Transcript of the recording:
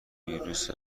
ویروس